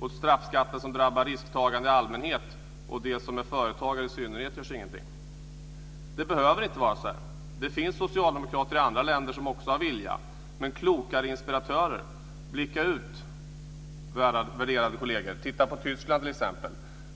Åt straffskatten som drabbar risktagande i allmänhet och företagare i synnerhet görs ingenting. Det behöver inte vara så här. Det finns socialdemokrater i andra länder som också har vilja, men de har klokare inspiratörer. Titta på Tyskland, t.ex.